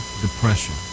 depression